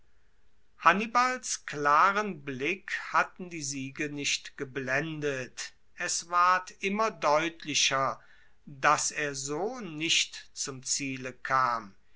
hannibals klaren blick hatten die siege nicht geblendet es ward immer deutlicher dass er so nicht zum ziele kam